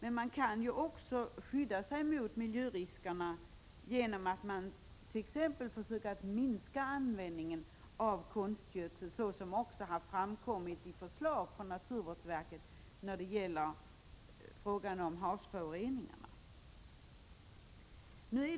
Ett skydd mot miljöriskerna är minskad användning av konstgödsel, vilket naturvårdsverket har föreslagit när det gäller havsföroreningarna.